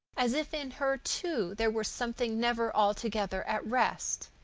as if in her, too, there were something never altogether at rest.